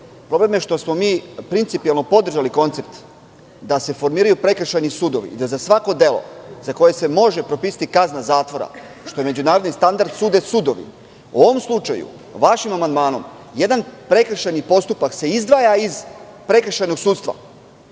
Problem je što smo mi principijelno podržali koncept da se formiraju prekršajni sudovi i da za svako delo za koje se može propisati kazna zatvora, što je međunarodni standard, sude sudovi. U ovom slučaju, vašim amandmanom jedan prekršajni postupak se izdvaja iz prekršajnog sudstva